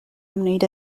ymwneud